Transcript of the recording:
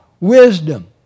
Wisdom